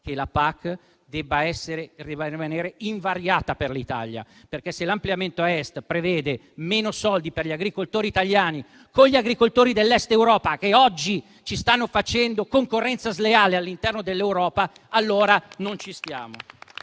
che la PAC debba rimanere invariata per l'Italia. Diversamente, se l'ampliamento a Est prevede meno soldi per gli agricoltori italiani, con gli agricoltori dell'Est Europa che oggi ci stanno facendo concorrenza sleale, allora non ci stiamo.